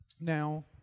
Now